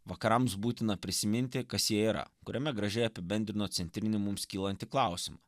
vakarams būtina prisiminti kas jie yra kuriame gražiai apibendrino centrinį mums kylantį klausimą